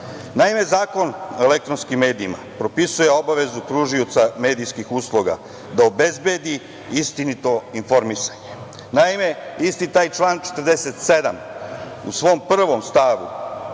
Naime, Zakon o elektronskim medijima propisuje obavezu pružaoca medijskih usluga da obezbedi istinito informisanje. Naime, isti taj član 47. u svom 1. stavu